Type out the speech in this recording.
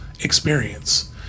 experience